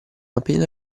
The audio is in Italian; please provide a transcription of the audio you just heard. appena